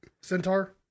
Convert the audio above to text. centaur